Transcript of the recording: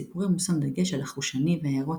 בסיפורים מושם דגש על החושני והארוטי,